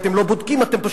בין שהוא לא מוצדק.